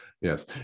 Yes